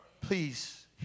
Please